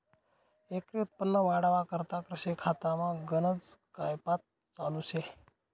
एकरी उत्पन्न वाढावा करता कृषी खातामा गनज कायपात चालू शे